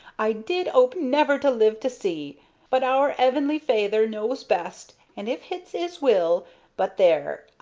i did ope never to live to see but our eveanly feyther knows best, and if hits is will but there,